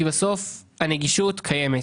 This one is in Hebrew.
בסוף הנגישות קיימת.